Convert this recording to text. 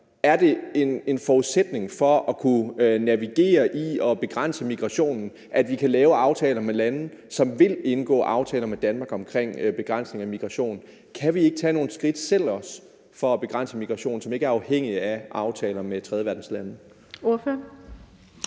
er det en forudsætning for at kunne navigere i og begrænse migrationen, at vi kan lave aftaler med lande, som vil indgå aftaler med Danmark omkring begrænsning af migration? Kan vi ikke tage nogle skridt selv for at begrænse migrationen, så det ikke er afhængigt af aftaler med tredjeverdenslande? Kl.